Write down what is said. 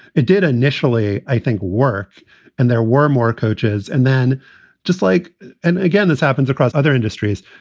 it did initially, i think, work and there were more coaches. and then just like and again, this happens across other industries.